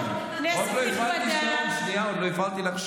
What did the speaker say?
כנסת נכבדה, שנייה, עוד לא הפעלתי לך שעון.